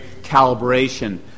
calibration